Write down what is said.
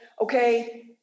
okay